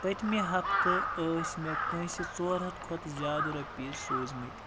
پٔتۍمہِ ہفتہٕ ٲسۍ مےٚ کٲنٛسہِ ژور ہَتھ کھۄتہٕ زیادٕ رۄپیہِ سوٗزۍمٕتۍ